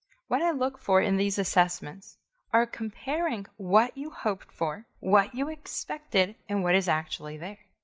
what i look for in these assessments are comparing what you hoped for, what you expected and what is actually there.